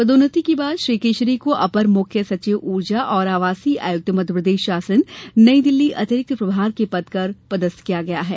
पदोन्नति के बाद श्री केशरी को अपर मुख्य सचिव ऊर्जा तथा आवासीय आयुक्त मध्यप्रदेश शासन नई दिल्ली अतिरिक्त प्रभार के पद पर पदस्थ किया गया है